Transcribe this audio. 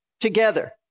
together